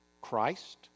Christ